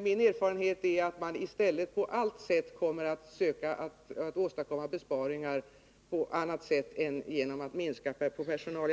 Min erfarenhet är emellertid att man kan räkna med att kommunerna i stället på allt sätt kommer att försöka åstadkomma besparingar genom att vidta andra åtgärder än att minska på personalen.